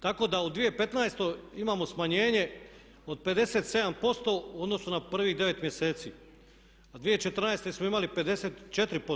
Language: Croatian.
Tako da u 2015. imamo smanjenje od 57% u odnosu na prvih 9 mjeseci, a 2014. smo imali 54%